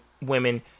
women